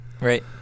Right